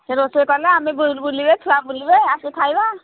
ସେ ରୋଷେଇ କଲେ ଆମ ବୁ ବୁଲିବେ ଛୁଆ ବୁଲିବେ ଆସି ଖାଇବା